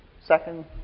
second